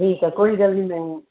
ਠੀਕ ਹੈ ਕੋਈ ਗੱਲ ਨਹੀਂ ਮੈਂ